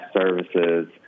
services